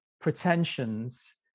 pretensions